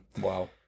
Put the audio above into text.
Wow